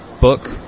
book